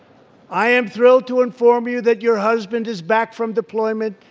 i am thrilled to inform you that your husband is back from deployment.